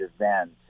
event